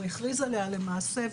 או הכריז עליה למעשה,